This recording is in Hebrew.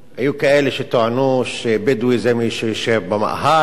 היו כאלה שטענו שבדואי זה מי שיושב במאהל,